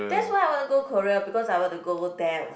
that's why I want to Korea because I want to go there